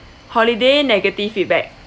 holiday negative feedback